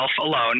alone